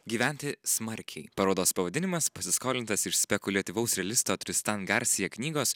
gyventi smarkiai parodos pavadinimas pasiskolintas iš spekuliatyvaus realisto tristan garsija knygos